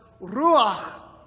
ruach